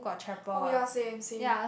oh ya same same